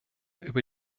über